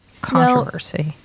controversy